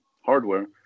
hardware